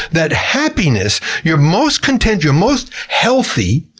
that happiness you're most content, you're most healthy,